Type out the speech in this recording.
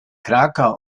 krakau